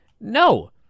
No